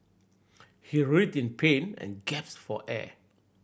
he writhed in pain and gasped for air